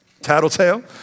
Tattletale